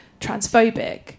transphobic